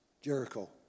Jericho